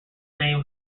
same